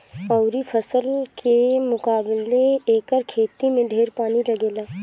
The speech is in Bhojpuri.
अउरी फसल के मुकाबले एकर खेती में ढेर पानी लागेला